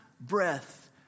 breath